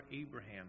Abraham